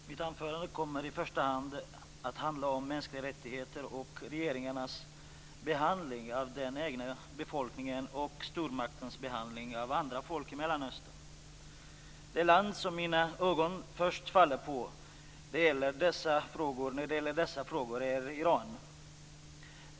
Fru talman! Mitt anförande kommer i första hand att handla om mänskliga rättigheter, regeringarnas behandling av den egna befolkningen och stormaktens behandling av andra folk i Mellanöstern. Det land som mina ögon först faller på när det gäller dessa frågor är Iran.